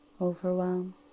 overwhelm